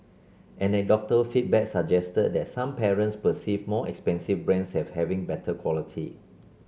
anecdotal feedback suggested that some parents perceive more expensive brands as having better quality